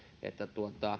että